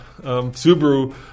Subaru